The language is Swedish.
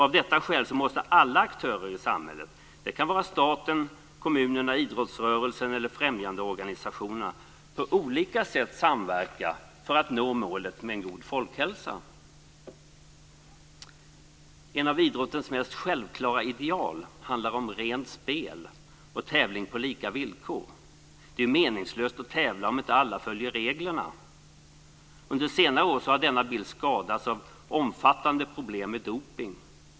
Av detta skäl måste alla aktörer i samhället - det kan vara staten, kommunerna, idrottsrörelsen eller främjandeorganisationerna - på olika sätt samverka för att nå målet en god folkhälsa. En av idrottens mest självklara ideal handlar om rent spel och tävling på lika villkor. Det är meningslöst att tävla om inte alla följer reglerna. Under senare år har denna bild skadats av omfattande problem med dopning.